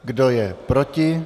Kdo je proti?